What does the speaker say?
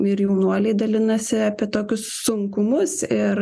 ir jaunuoliai dalinasi apie tokius sunkumus ir